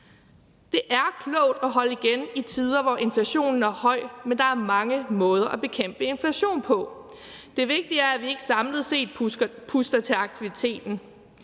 Det er klogt at holde igen i tider, hvor inflationen er høj, men der er mange måder at bekæmpe inflation på. Det vigtige er, at vi ikke samlet set puster til aktiviteten.